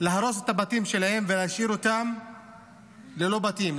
להרוס את הבתים שלהן ולהשאיר אותן ללא בתים,